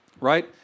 right